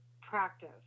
practice